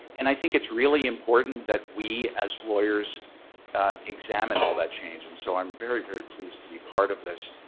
and i think it's really important that we as lawyers examine all that change. and so i'm very, very pleased to be part of this.